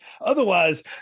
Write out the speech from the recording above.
Otherwise